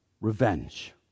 Revenge